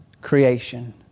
creation